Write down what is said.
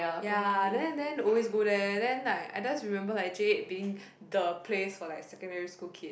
ya then then always go there then I I just remember like J eight being the place for like secondary school kid